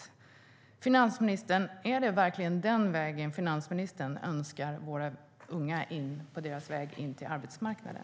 Är det verkligen den vägen finansministern önskar att de unga ska ta in på arbetsmarknaden?